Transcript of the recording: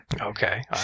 Okay